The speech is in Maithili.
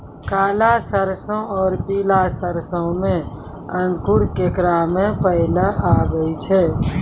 काला सरसो और पीला सरसो मे अंकुर केकरा मे पहले आबै छै?